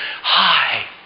hi